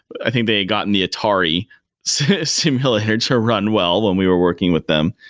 i think they've gotten the atari simulator to run well when we were working with them.